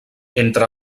entre